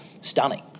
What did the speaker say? stunning